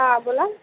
हां बोला